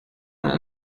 einen